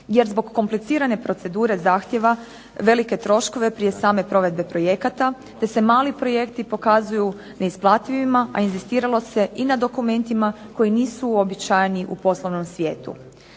jer zbog komplicirane procedure zahtjeva velike troškove prije same provedbe projekata, te se mali projekti pokazuju neisplativima, a inzistiralo se i na dokumentima koji nisu uobičajeni u poslovnom svijetu.